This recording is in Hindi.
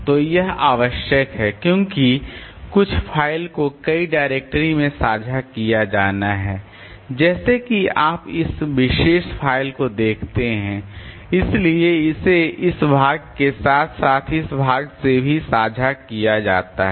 तो यह आवश्यक है क्योंकि कुछ फ़ाइल को कई डायरेक्टरी में साझा किया जाना है जैसे कि आप इस विशेष फ़ाइल को देखते हैं इसलिए इसे इस भाग के साथ साथ इस भाग से भी साझा किया जाता है